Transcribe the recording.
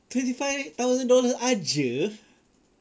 twenty five thousand dollars ah jer